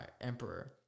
Emperor